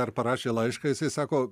ar parašė laišką jisai sako